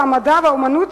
המדע והאמנות,